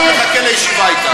אני עד עכשיו מחכה לישיבה אתם.